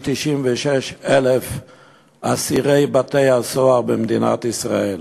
96,000 אסירי בתי-הסוהר במדינת ישראל.